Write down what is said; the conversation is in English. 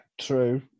true